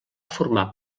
formar